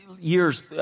years